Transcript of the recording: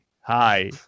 hi